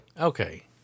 Okay